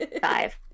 five